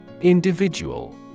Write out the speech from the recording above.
Individual